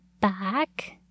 back